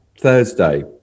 Thursday